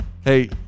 Hey